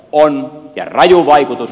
on ja raju vaikutus